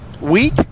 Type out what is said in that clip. week